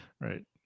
Right